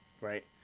right